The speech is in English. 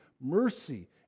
mercy